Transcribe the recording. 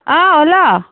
औ हेल'